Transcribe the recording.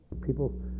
People